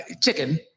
Chicken